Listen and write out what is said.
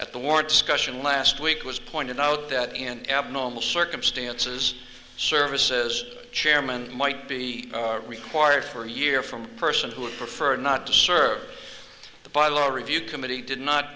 at the war discussion last week was pointed out that an abnormal circumstances services chairman might be required for a year from a person who preferred not to serve the bylaw review committee did not